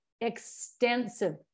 extensive